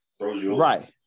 right